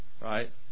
right